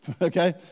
okay